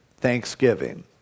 Thanksgiving